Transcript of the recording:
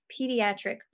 pediatric